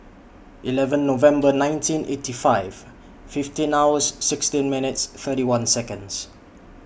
eleven November nineteen eighty five fifteen hours sixteen minutes thirty one Seconds